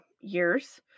years